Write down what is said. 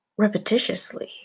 repetitiously